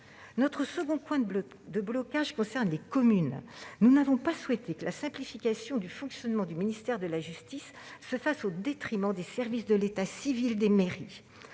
Notre second point de blocage concerne les communes. Nous n'avons pas souhaité que la simplification du fonctionnement du ministère de la justice se fasse au détriment des services de l'état civil des mairies.